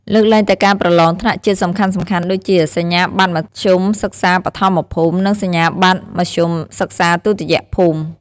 លើកលែងតែការប្រឡងថ្នាក់ជាតិសំខាន់ៗដូចជា សញ្ញាបត្រមធ្យមសិក្សាបឋមភូមិ និងសញ្ញាបត្រមធ្យមសិក្សាទុតិយភូមិ ។